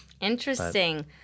Interesting